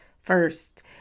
first